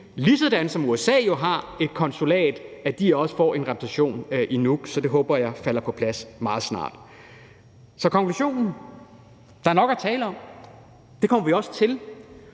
lige sådan som USA har et konsulat, også får en repræsentation i Nuuk. Så det håber jeg falder på plads meget snart. Så konklusionen er: Der er nok at tale om, og det kommer vi også til.